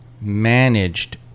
managed